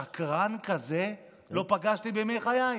שקרן כזה לא פגשתי בימי חיי.